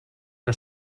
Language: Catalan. que